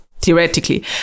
theoretically